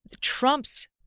Trump's